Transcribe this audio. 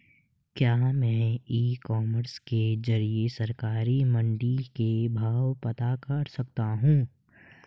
क्या मैं e commerce के ज़रिए सरकारी मंडी के भाव पता कर सकता हूँ?